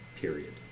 period